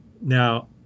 Now